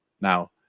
now